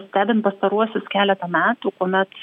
stebint pastaruosius keletą metų kuomet